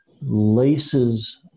Laces